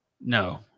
No